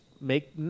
make